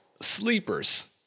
sleepers